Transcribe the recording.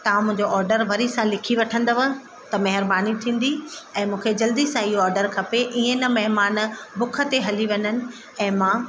तव्हां मुंहिंजो ऑडर वरी सां लिखी वठंदव त महिरबानी थींदी ऐं मूंखे जल्दी सां इहो ऑडर खपे ईअं न महिमान भुख ते हली वञनि ऐं मां